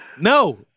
no